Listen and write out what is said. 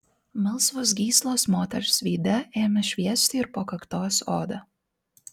melsvos gyslos moters veide ėmė šviesti ir po kaktos oda